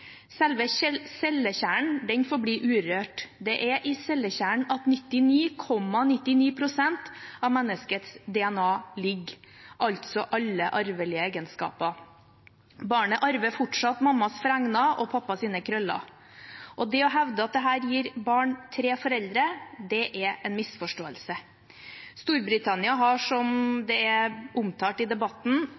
Selve cellekjernen forblir urørt. Det er i cellekjernen at 99,99 pst. av menneskets DNA ligger, altså alle arvelige egenskaper. Barnet arver fortsatt mammas fregner og pappas krøller. Det å hevde at dette gir barn tre foreldre, er en misforståelse. Storbritannia har, som det er omtalt i debatten,